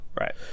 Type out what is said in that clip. right